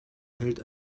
hält